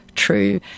True